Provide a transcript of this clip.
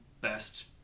best